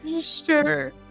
sure